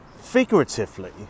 figuratively